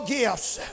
gifts